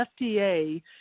FDA